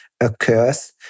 occurs